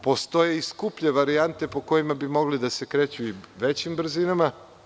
Postoje i skuplje varijante po kojima bi mogli da se kreću i većim brzinama.